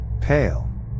pale